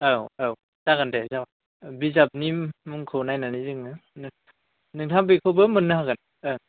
औ औ जागोन दे जागोन बिजाबनि मुंखौ नायनानै जोङो नोंथाङा बेखौबो मोननो हागोन